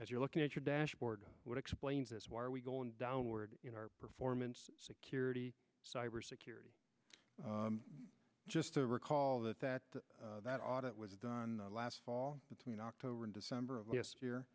as you're looking at your dashboard what explains this why are we going downward in our performance security cybersecurity just to recall that that that audit was done last fall between october and december of last